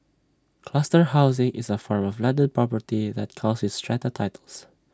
cluster housing is A form of landed property that comes with strata titles